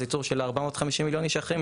ייצור של ה-450 מיליון איש האחרים,